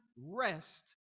rest